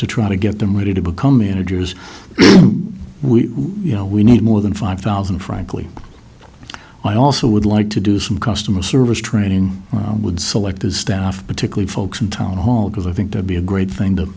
to try to get them ready to become managers we you know we need more than five thousand frankly i also would like to do some customer service training would select his staff particularly folks in town hall because i think to be a great thing to